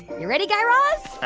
you ready, guy raz?